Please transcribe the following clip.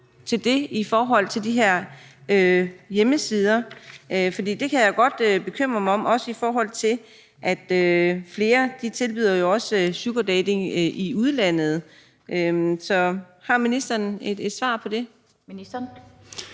til det i forhold til de her hjemmesider? For det kan jeg jo godt bekymre mig om, også i forhold til at flere jo tilbyder sugardating i udlandet. Så har ministeren et svar på det? Kl.